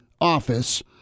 Office